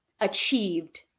achieved